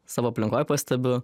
savo aplinkoj pastebiu